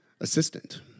assistant